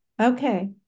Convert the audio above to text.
Okay